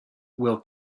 will